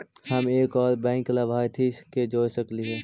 हम एक और बैंक लाभार्थी के जोड़ सकली हे?